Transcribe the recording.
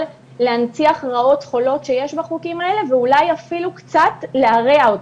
להנציח רעות חולות שיש בחוקים האלה ואולי אפילו קצת להרע אותם.